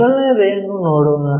ಮೊದಲನೆಯದನ್ನು ನೋಡೋಣ